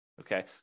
Okay